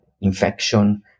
infection